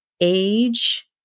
age